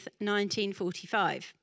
1945